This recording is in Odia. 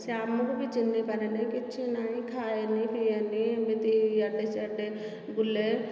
ସେ ଆମକୁ ଭି ଚିନ୍ହିପାରେନି କିଛିନାହିଁ ଖାଏନି ପିଏନି ଏମିତି ଇଆଡ଼େ ସିଆଡେ ବୁଲେ